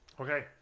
Okay